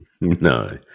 No